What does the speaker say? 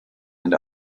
and